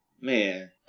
Man